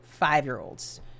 five-year-olds